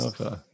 Okay